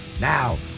Now